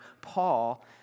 Paul